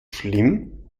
schlimm